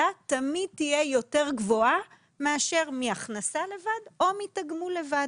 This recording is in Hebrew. תמיד תהיה יותר גבוהה מאשר מהכנסה לבד או מתגמול לבד.